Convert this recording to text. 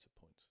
point